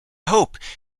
hope